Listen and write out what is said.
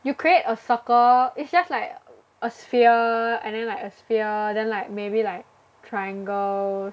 you create a circle it's just like a sphere and then like a sphere then like maybe like triangles